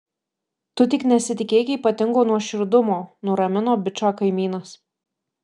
tu tik nesitikėk ypatingo nuoširdumo nuramino bičą kaimynas